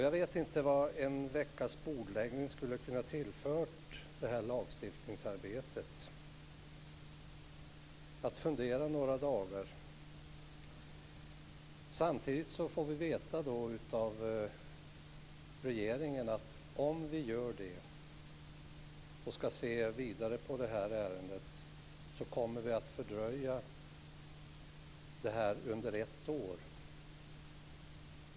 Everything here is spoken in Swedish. Jag vet inte vad en veckas bordläggning skulle ha kunnat tillföra det här lagstiftningsarbetet. Vi hade fått fundera några dagar till. Vi fick samtidigt veta av regeringen att om vi skulle fundera vidare på det här ärendet, skulle vi fördröja det ett år.